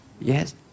Yes